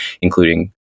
including